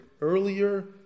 earlier